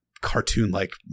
cartoon-like